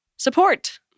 Support